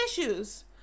issues